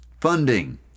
funding